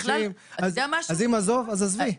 אם עזוב, אז עזבי.